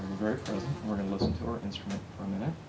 very present and we're gonna listen to our instrument for a minute.